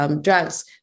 drugs